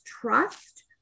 trust